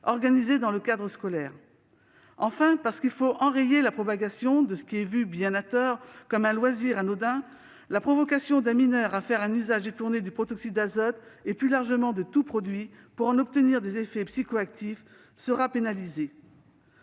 organisés dans le cadre scolaire. Enfin, parce qu'il faut enrayer la propagation de ce qui est vu, bien à tort, comme un loisir anodin, la provocation d'un mineur à faire un usage détourné du protoxyde d'azote, et plus largement de tout produit pour en obtenir des effets psychoactifs, sera pénalisée.